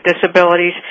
disabilities